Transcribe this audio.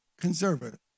conservative